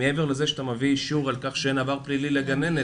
מעבר לזה שאתה מביא אישור על כך שאין עבר פלילי לגננת,